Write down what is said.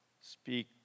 Speak